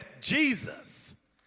jesus